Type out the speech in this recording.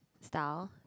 style